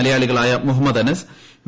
മലയാളികളായ മുഹമ്മദ് അ്നസ് വി